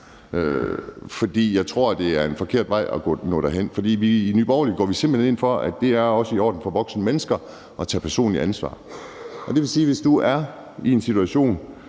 her. Jeg tror, det er den forkerte vej at nå derhen, for i Nye Borgerlige går vi simpelt hen ind for, at det også er i orden for voksne mennesker at tage personligt ansvar. Det vil sige, at hvis du er i en situation,